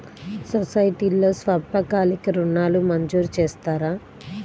సొసైటీలో స్వల్పకాలిక ఋణాలు మంజూరు చేస్తారా?